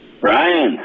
Brian